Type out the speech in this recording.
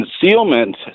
concealment